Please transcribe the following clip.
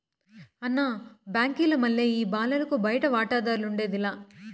అన్న, బాంకీల మల్లె ఈ బాలలకు బయటి వాటాదార్లఉండేది లా